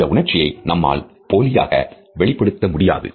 இந்த உணர்ச்சியை நம்மால் போலியாக வெளிப்படுத்த முடியாது